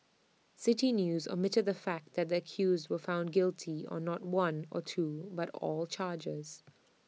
City News omitted the fact that the accused were found guilty on not one or two but all charges